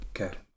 Okay